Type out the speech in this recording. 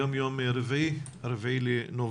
היום יום רביעי, 4 בנובמבר,